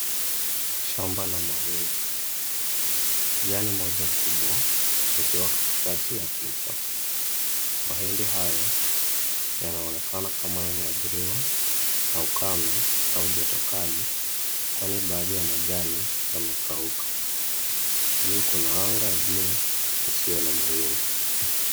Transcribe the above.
Shamba la mahindi. Jani moja kubwa likiwa katikati ya picha. Mahindi haya yanaonekana kama yameathiriwa na ukame au joto kali, kwani baadhi ya majani yamekauka. Juu kuna anga ya buluu isiyo na mawingu.